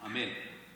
אמן.